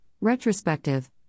retrospective